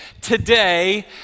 Today